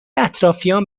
اطرافیام